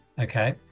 Okay